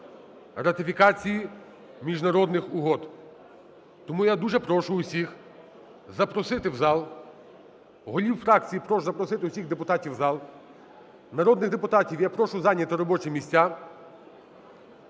ратифікації міжнародних угод. Тому я дуже прошу всіх запросити в зал, голів фракцій прошу запросити всіх депутатів в зал. Народних депутатів я прошу зайняти робочі місця,